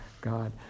God